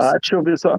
ačiū viso